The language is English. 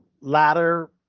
latter